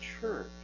church